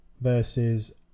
versus